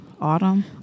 Autumn